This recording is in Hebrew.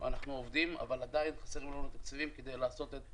אנחנו עובדים אבל עדיין חסרים לנו תקציבים כדי לעשות את